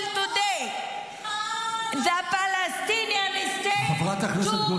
until today -- חלומות של אתמול הם --- חברת הכנסת גוטליב,